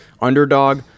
underdog